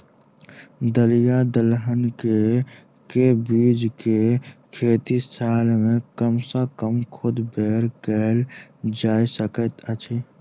दल या दलहन केँ के बीज केँ खेती साल मे कम सँ कम दु बेर कैल जाय सकैत अछि?